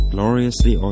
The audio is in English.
Gloriously